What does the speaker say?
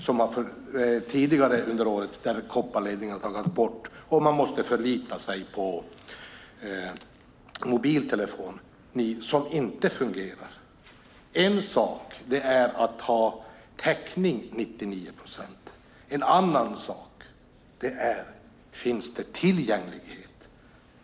I samma by har kopparledningen tidigare under året tagits bort så man måste förlita sig på en mobiltelefoni som inte fungerar. En sak är att ha täckning till 99 procent. En helt annan sak är om det finns en tillgänglighet.